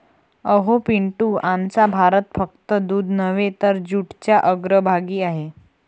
अहो पिंटू, आमचा भारत फक्त दूध नव्हे तर जूटच्या अग्रभागी आहे